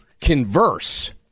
converse